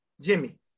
Jimmy